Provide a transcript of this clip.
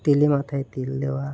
তেলা মাথায় তেল দেওয়া